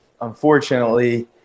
Unfortunately